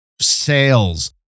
sales